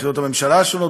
ביחידות הממשלה השונות,